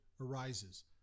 arises